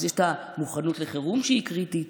אז יש את המוכנות לחירום שהיא קריטית,